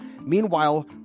Meanwhile